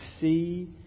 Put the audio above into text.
see